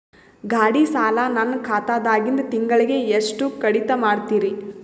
ಗಾಢಿ ಸಾಲ ನನ್ನ ಖಾತಾದಾಗಿಂದ ತಿಂಗಳಿಗೆ ಎಷ್ಟು ಕಡಿತ ಮಾಡ್ತಿರಿ?